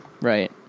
Right